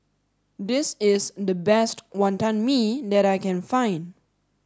this is the best Wantan Mee that I can find